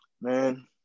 Man